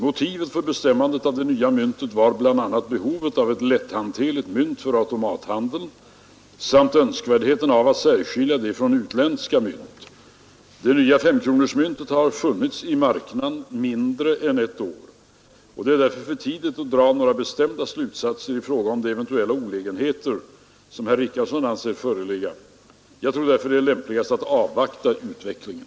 Motivet för bestämmandet av det nya myntet var bl.a. behovet av ett lätthanterligt mynt för automathandeln samt önskvärdheten av att särskilja det från utländska mynt. Det nya femkronorsmyntet har funnits i marknaden mindre än ett år. Det är därför för tidigt att dra några bestämda slutsatser i fråga om de eventuella olägenheter som herr Richardson anser föreligga. Jag tror därför det är lämpligast att avvakta utvecklingen.